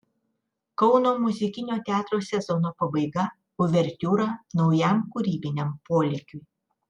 kauno muzikinio teatro sezono pabaiga uvertiūra naujam kūrybiniam polėkiui